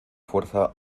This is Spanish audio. fuerza